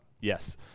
Yes